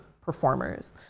performers